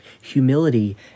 Humility